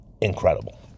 incredible